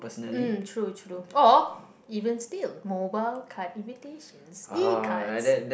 mm true true or even still mobile card invitations E-cards